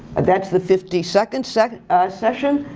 and that's the fifty second second session.